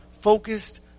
focused